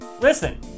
Listen